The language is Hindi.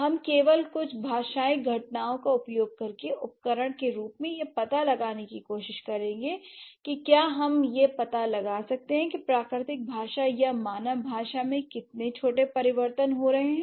हम केवल कुछ भाषाई घटनाओं का उपयोग करके उपकरण के रूप में यह पता लगाने की कोशिश करेंगे कि क्या हम यह पता लगा सकते हैं कि प्राकृतिक भाषा या मानव भाषा में कितने छोटे परिवर्तन हो रहे हैं